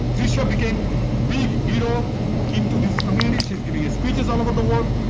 trisha became big hero into this community. she is giving speeches all over the world.